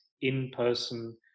in-person